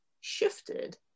shifted